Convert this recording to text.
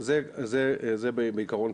זה בעיקרון.